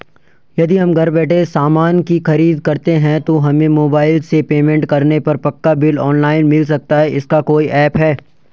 यदि हम घर बैठे सामान की खरीद करते हैं तो हमें मोबाइल से पेमेंट करने पर पक्का बिल ऑनलाइन मिल सकता है इसका कोई ऐप है